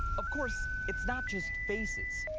of course, it's not just faces.